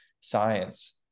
science